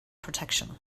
protection